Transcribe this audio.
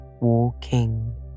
walking